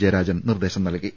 ജയരാജൻ നിർദ്ദേശം നിൽകി